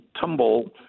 tumble